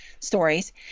stories